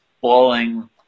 falling